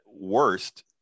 worst